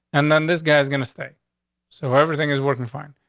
and then this guy's going to stay so everything is working fine.